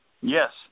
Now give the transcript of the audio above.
Yes